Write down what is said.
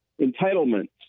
entitlements